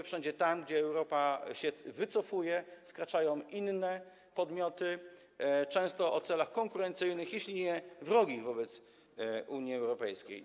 Wszędzie tam, gdzie Europa się wycofuje, wkraczają inne podmioty, często mające cele konkurencyjne, jeśli nie wrogie wobec Unii Europejskiej.